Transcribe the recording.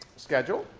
schedule.